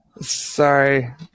Sorry